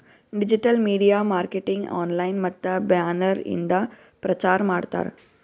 digital media marketing online ಮತ್ತ banner ಇಂದ ಪ್ರಚಾರ್ ಮಾಡ್ತಾರ್